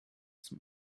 zum